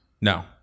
No